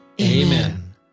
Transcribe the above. Amen